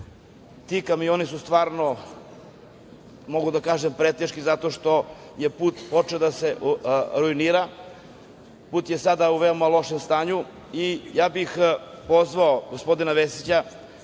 Ti kamioni su stvarno, mogu da kažem, preteški zato što je put počeo da se ruinira. Put je sada u veoma lošem stanju. Ja bih pozvao gospodina Vesića